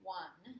one